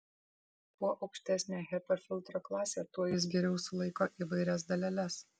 kuo aukštesnė hepa filtro klasė tuo jis geriau sulaiko įvairias daleles